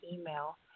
email